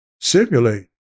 simulate